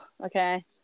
Okay